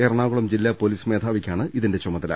എറണാകുളം ജില്ലാ പോലീസ് മേധാവിക്കാണ് ഇതിന്റെ ചുമത ല